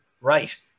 right